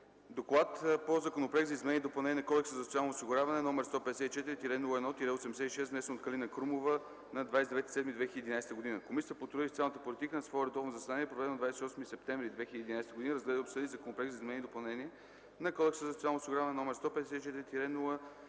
политика по Законопроект за изменение и допълнение на Кодекса за социално осигуряване, № 154-01-86, внесен от Калина Крумова на 29 юли 2011 г. Комисията по труда и социалната политика на свое редовно заседание, проведено на 28 септември 2011 г., разгледа и обсъди Законопроект за изменение и допълнение на Кодекса за социално осигуряване, № 154-01-86,